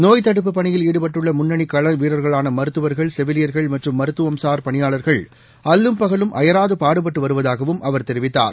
நோய் தடுப்பு பணியில் ஈடுபட்டுள்ள முன்னணி கள வீரர்களான மருத்துவர்கள் செவிலியர்கள் மற்றும் மருத்துவம்சார் பணியாளர்கள் அல்லும் பகலும் அயராது பாடுபட்டு வருவதாகவும் அவர் தெரிவித்தார்